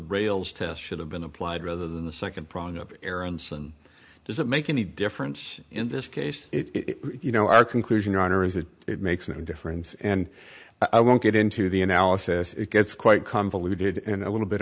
rails test should have been applied rather than the second prong of aronsen does it make any difference in this case it you know our conclusion or is that it makes no difference and i won't get into the analysis it gets quite convoluted and a little bit